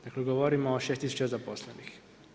Dakle, govorimo o 6000 zaposlenih.